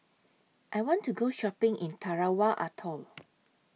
I want to Go Shopping in Tarawa Atoll